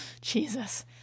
Jesus